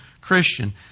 Christian